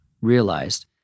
realized